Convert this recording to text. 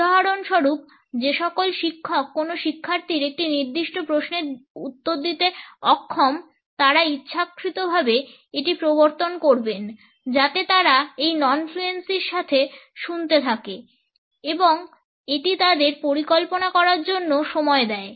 উদাহরণ স্বরূপ যে সকল শিক্ষক কোন শিক্ষার্থীর একটি নির্দিষ্ট প্রশ্নের উত্তর দিতে অক্ষম তারা ইচ্ছাকৃতভাবে এটি প্রবর্তন করবেন যাতে তারা এই নন ফ্লুয়েন্সির সাথে শুনতে থাকে এবং এটি তাদের পরিকল্পনা করার জন্য সময় দেয়